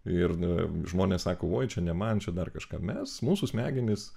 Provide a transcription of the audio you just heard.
ir nu žmones sako oi čia ne man čia dar kažką mes mūsų smegenys